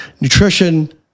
nutrition